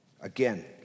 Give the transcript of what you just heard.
Again